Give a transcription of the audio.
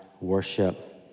worship